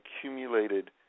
accumulated